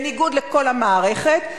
בניגוד לכל המערכת,